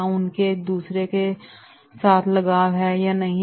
क्या उनको एक दूसरे के साथ लगाव है या नहीं